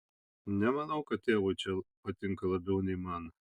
nemanau kad tėvui čia patinka labiau nei man